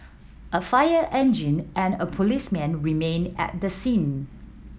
a fire engine and a policeman remained at the scene